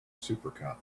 super